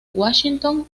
washington